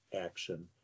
action